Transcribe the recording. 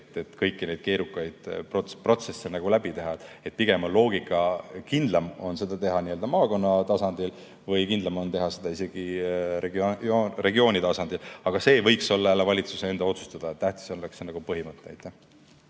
et kõiki neid keerukaid protsesse läbi teha. Pigem on loogika selline: kindlam on seda teha maakonna tasandil või kindlam on teha seda isegi regiooni tasandil. Aga see võiks olla jälle valitsuse enda otsustada. Tähtis on põhimõte.